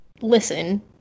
listen